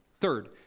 Third